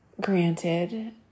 Granted